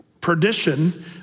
perdition